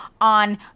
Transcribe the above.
on